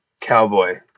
Cowboy